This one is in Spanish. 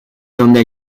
donde